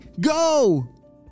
go